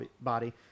body